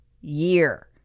year